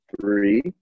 three